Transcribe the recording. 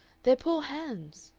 their poor hands!